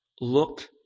look